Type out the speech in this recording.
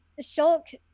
Shulk